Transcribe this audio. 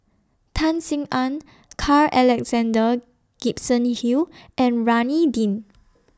Tan Sin Aun Carl Alexander Gibson Hill and Rohani Din